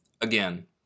Again